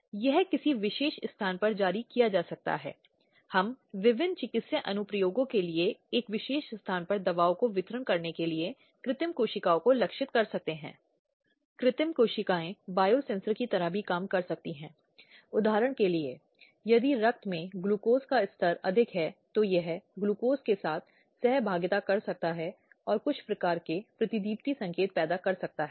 तो यह एक बस स्टैंड हो सकता है और यह एक रेलवे स्टेशन हो सकता है या यह कोई और सड़क हो सकती है जहाँ महिला चल रही है या कोई महिला यात्रा कर रही है और उस पर एक या दूसरे तरह का यौन उत्पीड़न किया जा सकता है